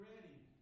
Ready